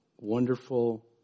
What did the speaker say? wonderful